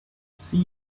see